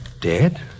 Dead